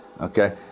Okay